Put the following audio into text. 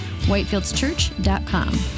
whitefieldschurch.com